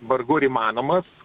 vargu ar įmanomas